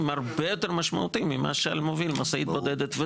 הרבה יותר משמעותיים ממה שעל מוביל משאית בודדת.